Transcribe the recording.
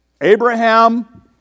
Abraham